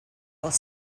while